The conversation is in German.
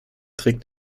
trägt